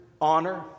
honor